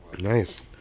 Nice